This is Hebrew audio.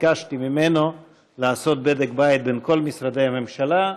ביקשתי ממנו לעשות בדק בית בין כל משרדי הממשלה,